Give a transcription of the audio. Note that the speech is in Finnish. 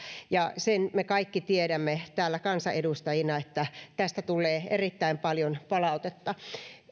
sen me kaikki tiedämme täällä kansanedustajina että tästä tulee erittäin paljon palautetta